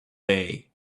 day